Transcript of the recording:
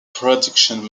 production